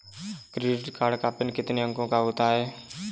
Credit card का PIN कितने अंकों का होता है?